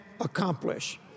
accomplish